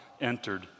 entered